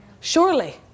Surely